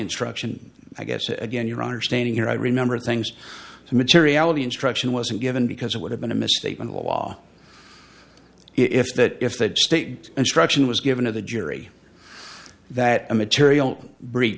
instruction i guess is again your understanding here i remember things the materiality instruction wasn't given because it would have been a misstatement law if that if the state instruction was given to the jury that a material bre